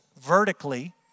vertically